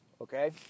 okay